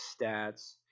Stats